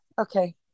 Okay